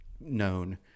known